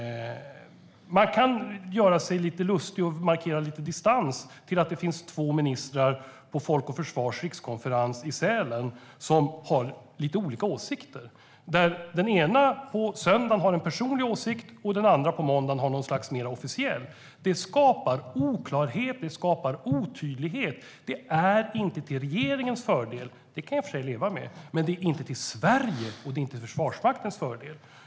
Man kan göra sig lite lustig över och markera distans till att det finns två ministrar på Folk och Försvars rikskonferens i Sälen som har lite olika åsikter. Den ena framför på söndagen en personlig åsikt, och den andra framför på måndagen en åsikt som är mer officiell. Det skapar oklarhet och otydlighet. Det är inte till regeringens fördel - det kan jag i och för sig leva med - och inte heller till Sveriges och Försvarsmaktens fördel.